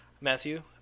Matthew